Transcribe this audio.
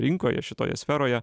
rinkoje šitoje sferoje